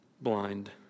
blind